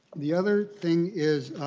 the other thing is